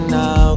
now